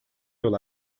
yol